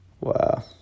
Wow